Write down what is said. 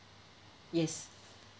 yes